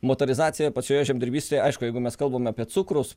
motorizacija pačioje žemdirbystėje aišku jeigu mes kalbam apie cukraus